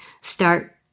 start